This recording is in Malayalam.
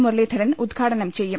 മുരളീധരൻ ഉദ്ഘാടനം ചെയ്യും